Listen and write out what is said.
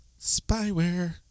spyware